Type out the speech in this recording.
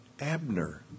Abner